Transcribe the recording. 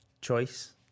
choice